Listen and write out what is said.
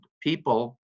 people